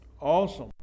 Awesome